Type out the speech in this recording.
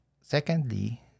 secondly